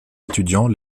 étudiants